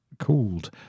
called